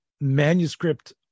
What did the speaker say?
manuscript